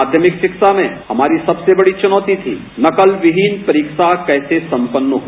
माध्यमिक शिक्षा में हमारी सबसे बड़ी चुनौती थी नकलविहीन परीक्षा कैसे सम्पन्न हो